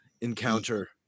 encounter